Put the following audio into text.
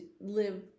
live